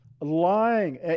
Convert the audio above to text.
lying